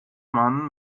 man